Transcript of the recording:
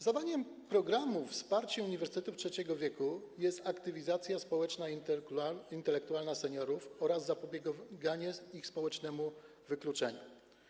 Zadaniem programu „Wsparcie uniwersytetów trzeciego wieku” jest aktywizacja społeczna i intelektualna seniorów oraz zapobieganie ich społecznemu wykluczeniu.